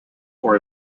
for